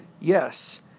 Yes